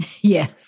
Yes